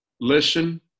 listen